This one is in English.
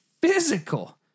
Physical